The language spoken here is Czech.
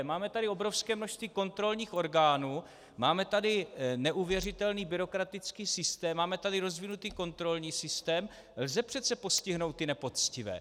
Máme tady obrovské množství kontrolních orgánů, máme tu neuvěřitelný byrokratický systém, máme tady rozvinutý kontrolní systém, lze přece postihnout ty nepoctivé.